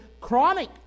chronic